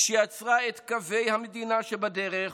היא שיצרה את קווי המדינה שבדרך,